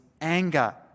anger